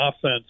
offense